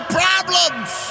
problems